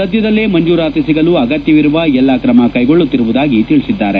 ಸದ್ಯದಲ್ಲಿಯೇ ಮಂಜೂರಾತಿ ಸಿಗಲು ಅಗತ್ಯವಿರುವ ಎಲ್ಲಾ ಕ್ರಮಗಳನ್ನು ಕೈಗೊಳ್ಳುತ್ತಿರುವುದಾಗಿ ತಿಳಿಸಿದ್ದಾರೆ